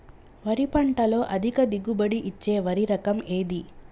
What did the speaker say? వరి పంట లో అధిక దిగుబడి ఇచ్చే వరి రకం ఏది?